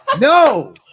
No